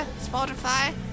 Spotify